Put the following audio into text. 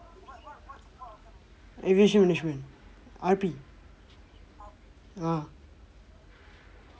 aviation management R_P ah